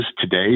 today